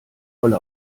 tolle